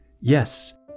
yes